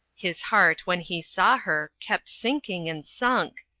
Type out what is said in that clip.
his heart, when he saw her, kept sinking, and sunk,